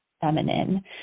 feminine